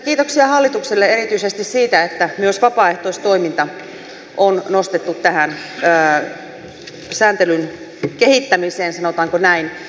kiitoksia hallitukselle erityisesti siitä että myös vapaaehtoistoiminta on nostettu tähän sääntelyn kehittämiseen sanotaanko näin